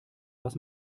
was